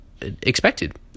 expected